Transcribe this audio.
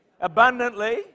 abundantly